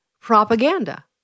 propaganda